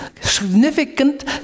significant